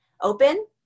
open